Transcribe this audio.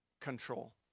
control